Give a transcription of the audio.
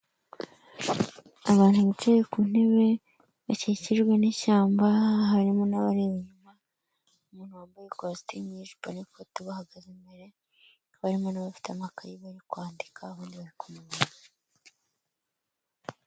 Abantu bicaye ku ntebe, bakikijwe n'ishyamba harimo n'abari inyuma, umuntu wambaye ikositimu y'ijipo n'ikote ubahagaze imbere. Barimo n'abafite amakayi bari kwandika, abandi bari kumureba.